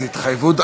איזו התחייבות,